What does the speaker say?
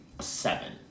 Seven